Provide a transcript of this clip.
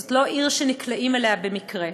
זאת לא עיר שנקלעים אליה במקרה,